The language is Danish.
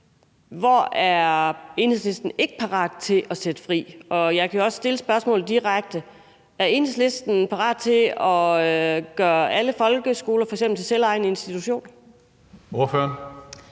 hvor Enhedslisten ikke er parat til at sætte fri, og jeg kan jo også stille spørgsmålet direkte: Er Enhedslisten parat til at gøre alle folkeskoler f.eks. til selvejende institutioner? Kl.